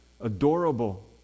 adorable